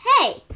Hey